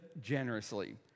generously